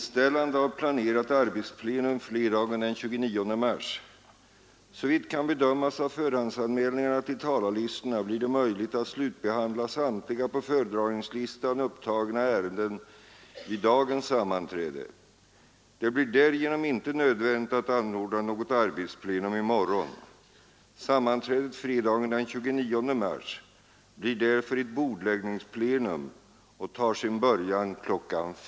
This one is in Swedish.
Såvitt kan bedömas av förhandsanmälningarna till talarlistorna blir det möjligt att slutbehandla samtliga på föredragningslistan upptagna ärenden vid dagens sammanträde. Det blir därigenom inte nödvändigt att anordna något arbetsplenum i morgon. Sammanträdet fredagen den 29 mars blir därför ett bordläggningsplenum och tar sin början kl.